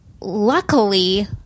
luckily